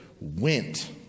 went